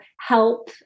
help